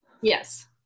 yes